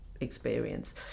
experience